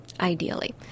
ideally